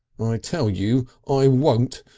i tell you i won't.